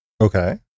Okay